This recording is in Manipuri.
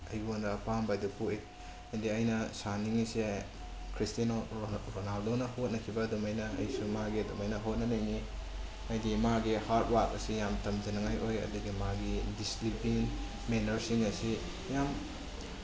ꯑꯩꯉꯣꯟꯗ ꯑꯄꯥꯝꯕ ꯑꯗꯨ ꯄꯣꯛꯏ ꯑꯗꯤ ꯑꯩꯅ ꯁꯥꯟꯅꯅꯤꯡꯉꯤꯁꯦ ꯈ꯭ꯔꯤꯁꯇꯦꯅꯣ ꯔꯣꯅꯥꯜꯗꯣꯅ ꯍꯣꯠꯅꯈꯤꯕ ꯑꯗꯨꯃꯥꯏꯅ ꯑꯩꯁꯨ ꯃꯥꯒꯤ ꯑꯗꯨꯃꯥꯏꯅ ꯍꯣꯠꯅꯅꯤꯡꯉꯤ ꯍꯥꯏꯗꯤ ꯃꯥꯒꯤ ꯍꯥꯔꯠ ꯋꯥꯛ ꯑꯁꯤ ꯌꯥꯝ ꯇꯝꯖꯅꯤꯡꯉꯥꯏ ꯑꯣꯏ ꯑꯗꯨꯒꯤ ꯃꯥꯒꯤ ꯗꯤꯁꯤꯄ꯭ꯂꯤꯟ ꯃꯦꯟꯅ꯭ꯔꯁꯤꯡ ꯑꯁꯤ ꯌꯥꯝ